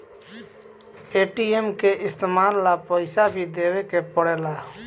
ATM के इस्तमाल ला पइसा भी देवे के पड़ेला